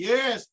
Yes